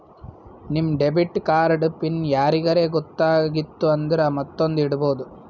ನಿಮ್ debit card PIN ಯಾರಿಗರೇ ಗೊತ್ತಾಗಿತ್ತು ಅಂದುರ್ ಮತ್ತೊಂದ್ನು ಇಡ್ಬೋದು